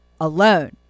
alone